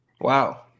wow